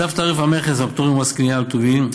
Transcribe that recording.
לצו תעריף המכס והפטורים ממס קנייה על טובין,